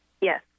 Yes